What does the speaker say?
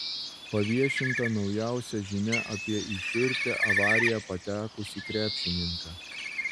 paviešinta naujausia žinia apie į šiurpią avariją patekusį krepšininką